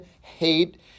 hate